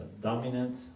dominant